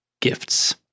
gifts